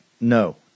No